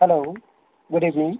hello good evening